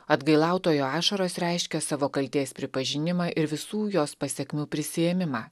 atgailautojo ašaros reiškia savo kaltės pripažinimą ir visų jos pasekmių prisiėmimą